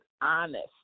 honest